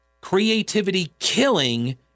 creativity-killing